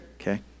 okay